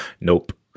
Nope